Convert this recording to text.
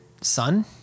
son